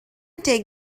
take